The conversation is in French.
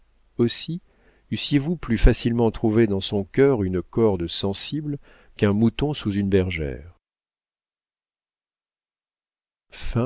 aussi eussiez-vous plus facilement trouvé dans son cœur une corde sensible qu'un mouton sous une bergère